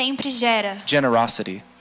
Generosity